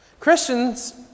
Christians